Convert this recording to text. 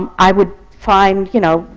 um i would find, you know,